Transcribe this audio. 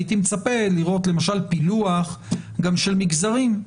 הייתי מצפה לראות למשל פילוח גם של מגזרים,